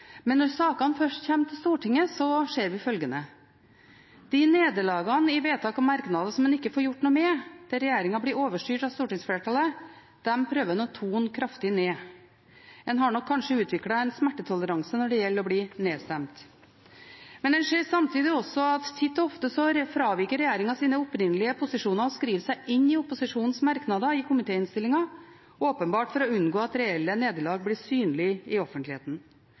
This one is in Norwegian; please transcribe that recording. Men når sakene først kommer til Stortinget, ser vi følgende: De nederlagene i vedtak og merknader som en ikke får gjort noe med, der regjeringen blir overstyrt av stortingsflertallet, prøver en å tone kraftig ned. En har nok kanskje utviklet en smertetoleranse når det gjelder å bli nedstemt. En ser samtidig at regjeringen titt og ofte fraviker sine opprinnelige posisjoner og skriver seg inn i opposisjonens merknader i komitéinnstillingen, åpenbart for å unngå at reelle nederlag blir synlige i offentligheten.